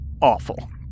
awful